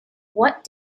what